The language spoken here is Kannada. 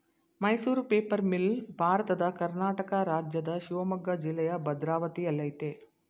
ಮೈಸೂರು ಪೇಪರ್ ಮಿಲ್ ಭಾರತದ ಕರ್ನಾಟಕ ರಾಜ್ಯದ ಶಿವಮೊಗ್ಗ ಜಿಲ್ಲೆಯ ಭದ್ರಾವತಿಯಲ್ಲಯ್ತೆ